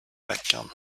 veckan